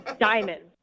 diamonds